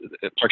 park